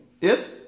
Yes